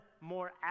more